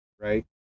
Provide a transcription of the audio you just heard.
right